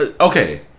okay